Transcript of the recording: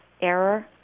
error